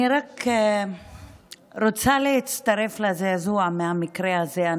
אני רק רוצה להצטרף לזעזוע מהמקרה הזה.